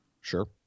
Sure